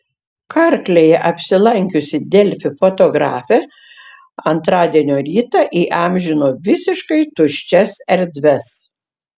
karklėje apsilankiusi delfi fotografė antradienio rytą įamžino visiškai tuščias erdves